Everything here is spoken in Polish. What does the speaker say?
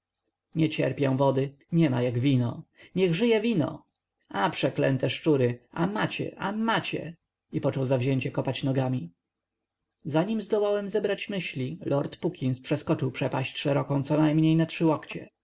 nie cierpię wody niema jak wino niech żyje wino a przeklęte szczury a macie a macie i począł zawzięcie kopać nogami zanim zdołałem zebrać myśli lord puckins przeskoczył przepaść szeroką conajmniej na